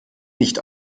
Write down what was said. nicht